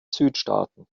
südstaaten